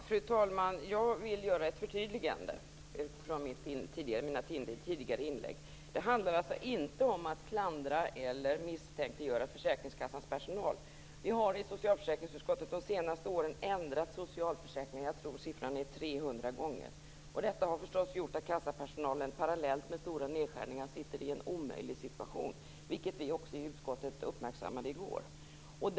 Fru talman! Jag vill göra ett förtydligande utifrån mina tidigare inlägg. Det handlar inte om att klandra eller misstänkliggöra försäkringskassans personal. Jag tror att vi i socialförsäkringsutskottet de senaste åren har ändrat socialförsäkringarna 300 gånger. Detta har, parallellt med stora nedskärningar, förstås gjort att kassapersonalen sitter i en omöjlig situation, något som vi uppmärksammade i utskottet i går.